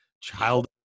child